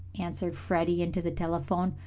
answered freddie, into the telephone.